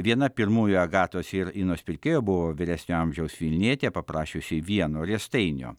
viena pirmųjų agatos ir inos pirkėjų buvo vyresnio amžiaus vilnietė paprašiusi vieno riestainio